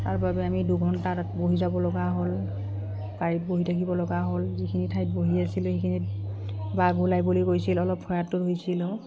তাৰ বাবে আমি দুঘণ্টা তাত বহি যাব লগা হ'ল গাড়ীত বহি থাকিব লগা হ'ল যিখিনি ঠাইত বহি আছিলোঁ সেইখিনিত বাঘ ওলাই বুলি কৈছিল অলপ হৈছিলোঁ